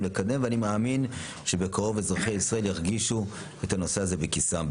לקדם ואני מאמין שבקרוב אזרחי ישראל ירגישו את הנושא הזה בכיסם.